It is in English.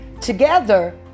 together